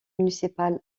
municipal